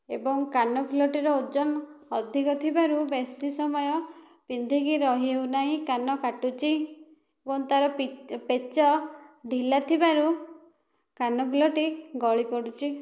ଏବଂ କାନଫୁଲଟିର ଓଜନ ଅଧିକ ଥିବାରୁ ବେଶୀ ସମୟ ପିନ୍ଧିକି ରହି ହେଉନାହିଁ କାନ କାଟୁଛି ଓ ତା'ର ପେଚ ଢିଲା ଥିବାରୁ କାନଫୁଲଟି ଗଳି ପଡ଼ୁଛି